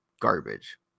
garbage